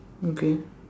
okay